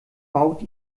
baut